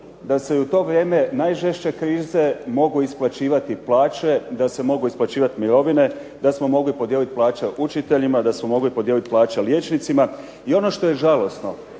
da se i u to vrijeme najžešće krize mogu isplaćivati plaće, da se mogu isplaćivati mirovine, da smo mogli podijeliti plaće učiteljima, da smo mogli podijeliti plaće liječnicima. I ono što je žalosno